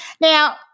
Now